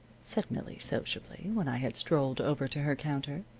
said millie, sociably, when i had strolled over to her counter,